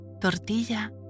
Tortilla